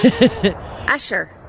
usher